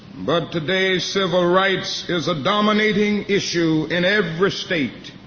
but today, civil rights is a dominating issue in every state,